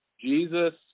Jesus